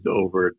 over